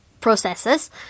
processes